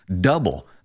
Double